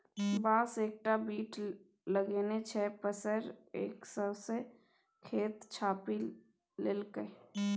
बांस एकटा बीट लगेने छै पसैर कए सौंसे खेत छापि लेलकै